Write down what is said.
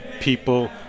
people